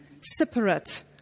separate